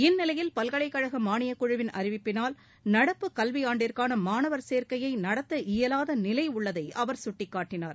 இந்நிலையில் பல்கலைக்கழக மானியக்குழுவின் அறிவிப்பினால் நடப்பு கல்வியாண்டிற்கான மாணவர் சேர்க்கையை நடத்த இயலாத நிலை உள்ளதை அவர் சுட்டிக்காட்டினார்